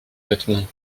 vêtements